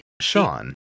Sean